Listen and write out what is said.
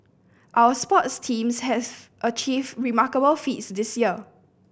our sports teams has achieved remarkable feats this year